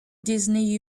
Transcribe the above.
disney